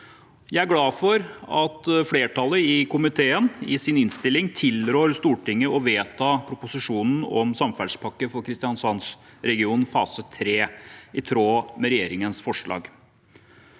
Jeg er glad for at flertallet i komiteen i sin innstilling tilrår Stortinget å vedta proposisjonen om Samferdselspakke for Kristiansandsregionen fase 3, i tråd med regjeringens forslag.